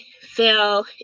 fell